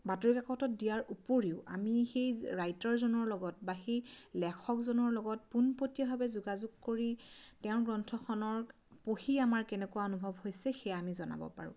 বাতৰি কাকতত দিয়াৰ উপৰিও আমি সেই ৰাইটাৰজনৰ লগত বা সেই লেখকজনৰ লগত পোনপটীয়াভাৱে যোগাযোগ কৰি তেওঁৰ গ্ৰন্থখনৰ পঢ়ি আমাৰ কেনেকুৱা অনুভৱ হৈছে সেয়া আমি জনাব পাৰোঁ